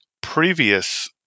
previous